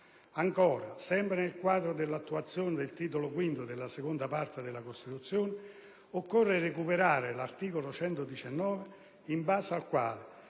Ancora, sempre nel quadro dell'attuazione del Titolo V della Parte II della Costituzione, occorre recuperare l'articolo 119, in base al quale